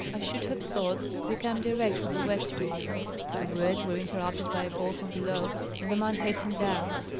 i should have thought they come direct from the west door the words were interrupted by a call from below and the man hastened down.